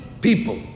people